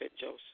Joseph